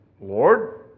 Lord